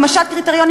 הגמשת קריטריונים,